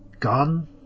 gone